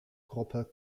gruppe